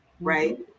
right